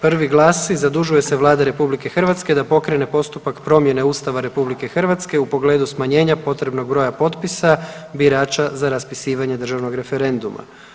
Prvi glasi, zadužuje se Vlada RH da pokrene postupak promjene Ustava RH u pogledu smanjenja potrebnog broja potpisa birača za raspisivanje državnog referenduma.